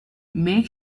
make